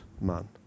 man